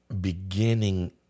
beginning